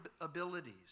abilities